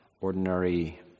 ordinary